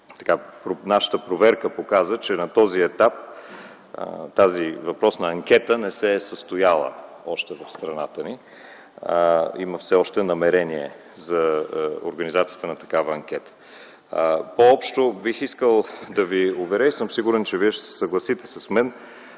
връзка. Нашата проверка показа, че на този етап, тази въпросна анкета не се е състояла още в страната ни. Все още има намерение за организацията на такава анкета. Бих искал да ви уверя и съм сигурен, че вие ще се съгласите с мен,